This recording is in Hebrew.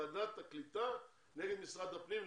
ועדת הקליטה נגד משרד הפנים,